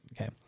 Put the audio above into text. Okay